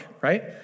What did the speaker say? right